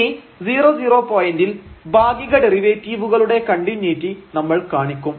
ഇനി 00 പോയിന്റിൽ ഭാഗിക ഡെറിവേറ്റീവുകളുടെ കണ്ടിന്യൂയിറ്റി നമ്മൾ കാണിക്കും